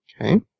Okay